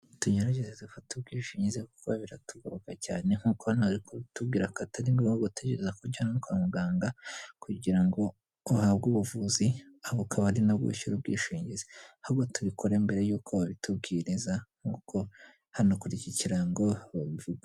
Tugerageze gufata ubwishingizi vuba biratugoboka cyane nk'uko hano bari kubitubwira ko atari ngombwa gutegereza kujyanwa kwa muganga, kugira ngo uhabwe ubuvuzi ahubwo ukaba ari nabwo wishyura ubwishingizi. Ahubwo tubikore mbere y'uko babitubwiriza nk'uko hano hano kuriki kirango babivuga.